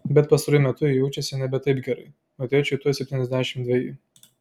bet pastaruoju metu ji jaučiasi nebe taip gerai o tėčiui tuoj septyniasdešimt dveji